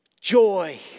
joy